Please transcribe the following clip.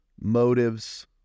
motives